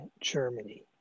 Germany